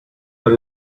that